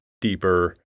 deeper